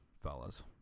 fellas